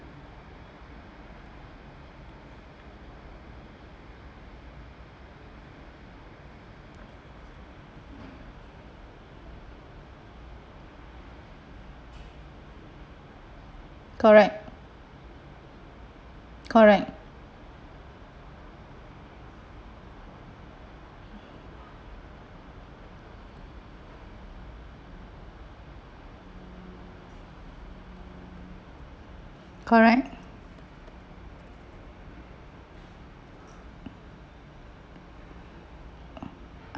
correct correct correct